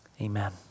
Amen